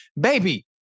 baby